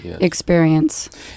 experience